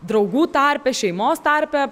draugų tarpe šeimos tarpe